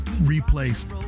replaced